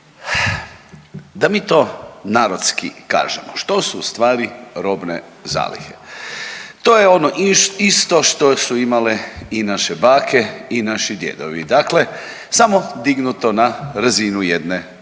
Da mi to narodski kažemo što su u stvari robne zalihe? To je ono isto što su imale i naše bake i naši djedovi, dakle samo dignuto na razinu jedne države.